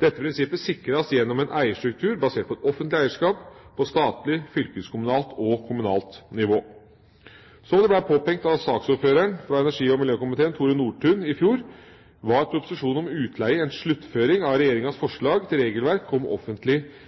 Dette prinsippet sikres gjennom en eierstruktur basert på offentlig eierskap på statlig, fylkeskommunalt og kommunalt nivå. Som det ble påpekt av saksordføreren fra energi- og miljøkomiteen, Tore Nordtun, i fjor, var proposisjonen om utleie en sluttføring av regjeringas forslag til regelverk om offentlig